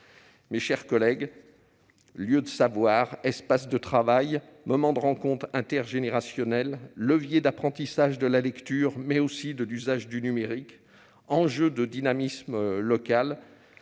Mes chers collègues, lieu de savoir, espace de travail, moment de rencontres intergénérationnelles, levier d'apprentissage de la lecture, mais aussi de l'usage du numérique, enjeu du dynamisme local